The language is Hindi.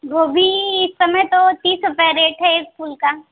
गोभी इस समय तो तीस रुपये रेट है एक फूल का